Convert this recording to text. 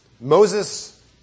Moses